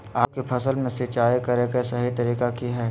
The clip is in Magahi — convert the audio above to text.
आलू की फसल में सिंचाई करें कि सही तरीका की हय?